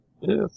Yes